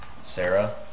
Sarah